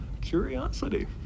curiosity